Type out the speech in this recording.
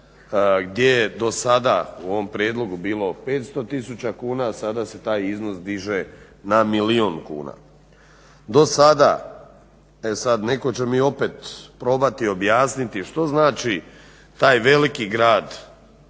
gdje je do sada u ovom prijedlogu bilo 500 kuna, a sada se taj iznos diže na milijun kuna. Do sada, e sad netko će mi opet probati objasniti što znači taj veliki grad